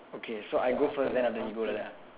okay so I go first then after that you go like that ah